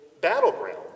battleground